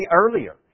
earlier